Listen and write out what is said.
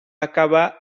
acabar